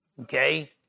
okay